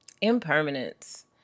Impermanence